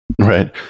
Right